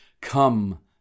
come